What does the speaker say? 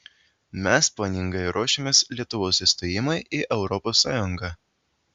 mes planingai ruošėmės lietuvos įstojimui į europos sąjungą